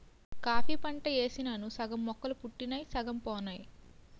coffee పంట యేసినాను సగం మొక్కలు పుట్టినయ్ సగం పోనాయి